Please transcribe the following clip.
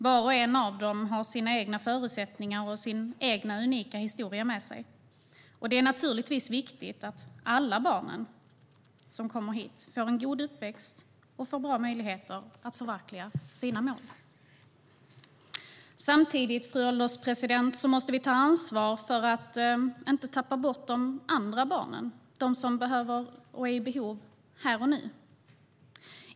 Var och en av dem har sina egna förutsättningar och sin egen unika historia med sig. Och det är naturligtvis viktigt att alla barn som kommer hit får en god uppväxt och bra möjlighet att förverkliga sina mål. Samtidigt måste vi ta ansvar för att inte tappa bort andra barn som har behov här och nu.